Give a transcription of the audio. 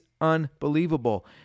unbelievable